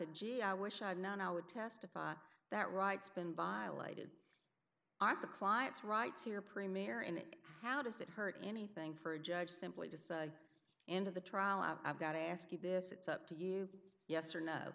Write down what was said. classic gee i wish i'd known i would testify that rights been violated are the client's rights here premier and how does it hurt anything for a judge simply to say end of the trial i've got to ask you this it's up to you yes or no